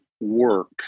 work